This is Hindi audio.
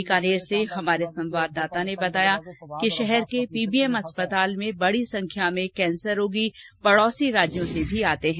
बीकानेर से हमारे संवाददाता ने बताया कि शहर के पीबीएम अस्पताल में बडी संख्या में कैंसर रोगी पड़ौसी राज्यों से भी आते हैं